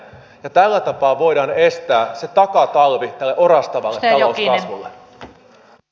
tällä tapaa voidaan estää se takatalvi tälle orastavalle talouskasvulle